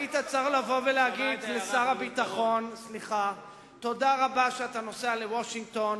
היית צריך לבוא ולהגיד לשר הביטחון: תודה רבה שאתה נוסע לוושינגטון,